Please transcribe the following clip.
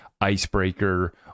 Icebreaker